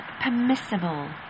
permissible